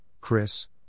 Chris